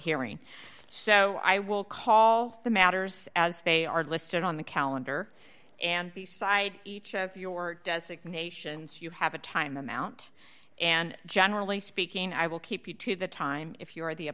hearing so i will call the matters as they are listed on the calendar and beside each of your designations you have a time amount and generally speaking i will keep you to the time if you are the